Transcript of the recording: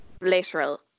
literal